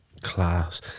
class